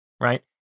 Right